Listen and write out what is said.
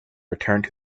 returned